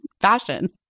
fashion